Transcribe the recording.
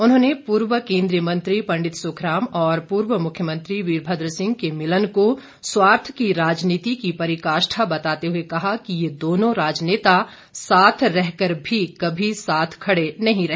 उन्होंने पूर्व केन्द्रीय मंत्री पंडित सुखराम और पूर्व मुख्यमंत्री वीरभद्र सिंह के मिलन को स्वार्थ की राजनीति की पराकाष्ठा बताते हुए कहा कि ये दोनों राजनेता साथ रहकर भी कभी साथ खड़े नहीं रहे